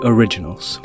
Originals